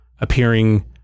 appearing